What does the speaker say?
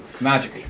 magic